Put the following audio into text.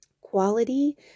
quality